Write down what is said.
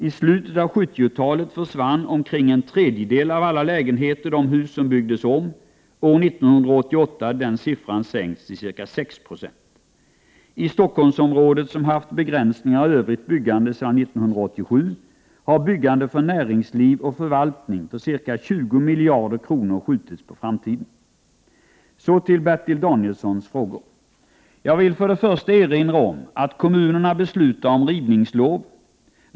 I slutet av 70-talet försvann omkring en tredjedel av alla lägenheter i de hus som byggdes om. År 1988 hade den siffran sänkts till ca 6 96. I Stockholmsområdet, som haft begränsningar av övrigt byggande sedan år 1987, har byggande för näringsliv och förvaltning för ca 20 miljarder kronor skjutits på framtiden. Så till Bertil Danielssons frågor. Jag vill för det första erinra om att kommunerna beslutar om rivningslov.